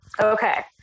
okay